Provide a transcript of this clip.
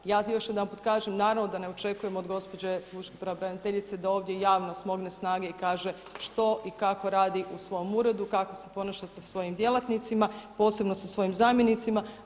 Ja još jedanput kažem naravno da ne očekuje od gospođe pučke pravobraniteljice da ovdje javno smogne snage i kaže što i kako radi u svom uredu, kako se ponaša sa svojim djelatnicima, posebno sa svojim zamjenicima.